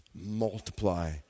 multiply